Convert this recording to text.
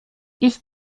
ich